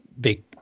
big